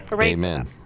Amen